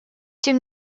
тем